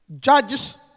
Judges